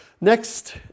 Next